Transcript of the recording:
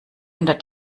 unter